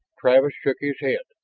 travis shook his head,